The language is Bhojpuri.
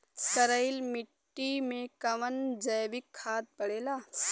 करइल मिट्टी में कवन जैविक खाद पड़ेला?